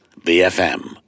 BFM